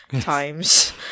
times